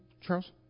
Charles